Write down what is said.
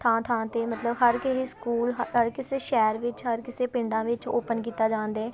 ਥਾਂ ਥਾਂ 'ਤੇ ਮਤਲਬ ਹਰ ਕਿਸੇ ਸਕੂਲ ਹਰ ਕਿਸੇ ਸ਼ਹਿਰ ਵਿੱਚ ਹਰ ਕਿਸੇ ਪਿੰਡਾਂ ਵਿੱਚ ਓਪਨ ਕੀਤਾ ਜਾਣ ਡੇ